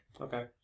Okay